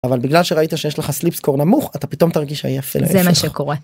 אבל בגלל שראית שיש לך sleep score נמוך אתה פתאום תרגיש עייף זה מה שקורה.